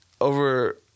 over